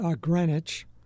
Greenwich